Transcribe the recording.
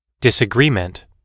Disagreement